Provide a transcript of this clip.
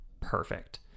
perfect